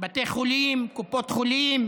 בתי חולים, קופות חולים,